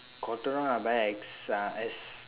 cotton on I buy S ah S